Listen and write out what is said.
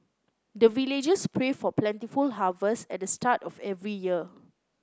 the villagers pray for plentiful harvest at the start of every year